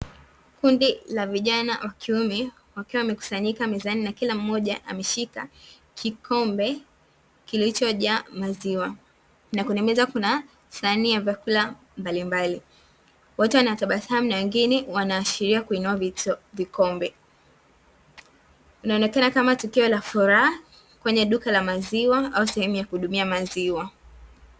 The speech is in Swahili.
Kundi la vijana wa kiume wakiwa wamekusanyika mezani na kila mmoja ameshika kikombe kilichojaa maziwa na kwenye meza kuna sahani ya vyakula mbalimbali, wote wanatabasamu na wengine waashiria kuinua vikombe, linaonekana kama tukio la furaha kwenye duka la maziwa au sehemu ya kuhudumia maziwa.